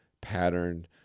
pattern